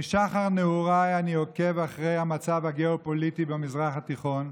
משחר נעוריי אני עוקב אחרי המצב הגיאופוליטי במזרח התיכון,